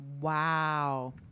Wow